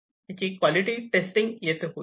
याची quality testing येथे होईल